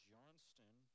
Johnston